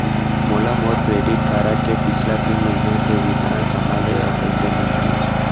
मोला मोर credit card के पिछला तीन महीना के विवरण कहाँ ले अऊ कइसे मिलही?